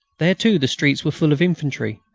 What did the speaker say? there, too, the streets were full of infantry,